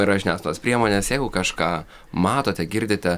yra žiniasklaidos priemonės jeigu kažką matote girdite